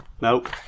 Nope